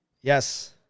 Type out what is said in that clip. Yes